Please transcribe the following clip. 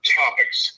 topics